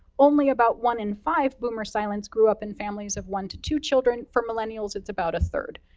only about one in five boomer silents grew up in families of one to two children, for millennials it's about a third,